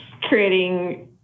creating